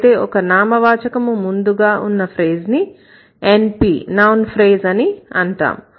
అయితే ఒక నామవాచకము ముందుగా ఉన్న ఫ్రేజ్ ని NP అని అంటాం